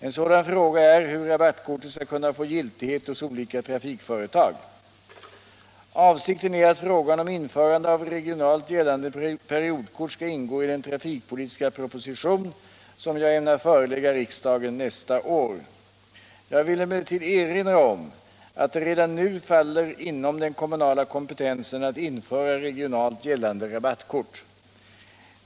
En sådan fråga är hur rabattkortet skall kunna få giltighet hos olika trafikföretag. Avsikten är att frågan om införande av regionalt gällande periodkort skall ingå i den trafikpolitiska proposition som jag ämnar förelägga riksdagen nästa år. Jag vill emellertid erinra om att det redan nu faller inom den kommunala kompetensen att införa regionalt gällande rabattkort.